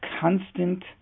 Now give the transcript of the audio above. Constant